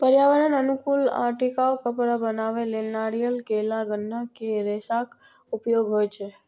पर्यावरण अनुकूल आ टिकाउ कपड़ा बनबै लेल नारियल, केला, गन्ना के रेशाक उपयोग होइ छै